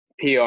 PR